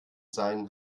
seinen